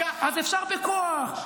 אז אפשר בכוח,